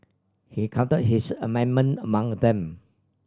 he count his amendment among them